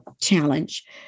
challenge